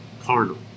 carnal